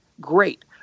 Great